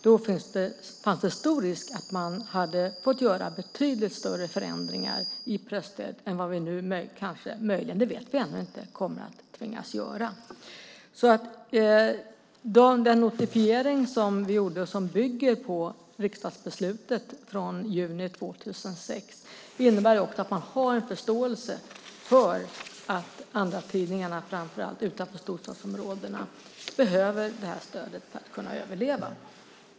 Då hade det funnits stor risk att man hade fått göra betydligt större förändringar i presstödet än vad vi nu möjligen - det vet vi inte - kommer att tvingas göra. Den notifiering vi gjorde som bygger på riksdagsbeslutet från juni 2006 innebär också att man har en förståelse för att andratidningarna, framför allt utanför storstadsområdena, behöver stödet för att kunna överleva.